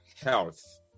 health